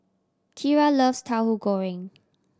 Kira loves Tauhu Goreng